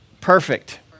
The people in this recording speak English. Perfect